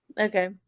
Okay